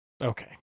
Okay